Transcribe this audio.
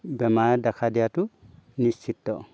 বেমাৰে দেখা দিয়াটো নিশ্চিত